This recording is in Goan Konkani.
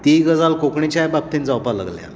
तीय गजाल कोंकणीच्या बाबतींत जावपाक लागल्या